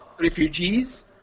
refugees